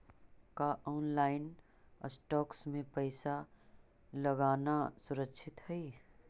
का online stocks में पैसा लगाना सुरक्षित हई